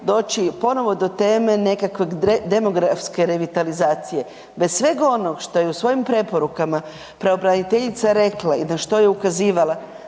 doći ponovo do teme nekakvog demografske revitalizacije. Bez svega onog što je u svojim preporukama pravobraniteljica rekla i na što je ukazivala